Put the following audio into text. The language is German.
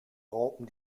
raupen